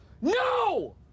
No